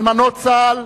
אלמנות צה"ל,